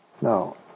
No